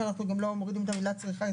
לכן אנחנו גם לא מורידים את המילה צריכה.